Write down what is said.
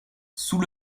sous